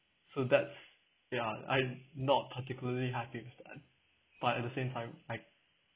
so that's ya I'm not particularly happy with that but at the same time I